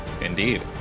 Indeed